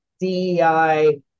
DEI